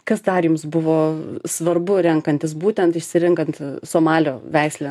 kas dar jums buvo svarbu renkantis būtent išsirenkat somalio veislę